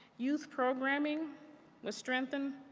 youth programming was strengthened,